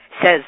says